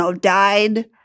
died